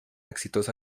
exitosa